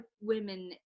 Women